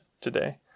today